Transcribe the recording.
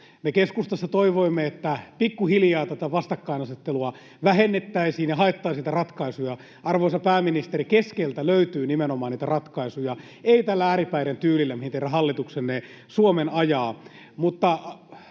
keskustassa toivoimme, että pikkuhiljaa tätä vastakkainasettelua vähennettäisiin ja haettaisiin niitä ratkaisuja. Arvoisa pääministeri, keskeltä löytyy nimenomaan niitä ratkaisuja, ei tällä ääripäiden tyylillä, mihin teidän hallituksenne Suomen ajaa.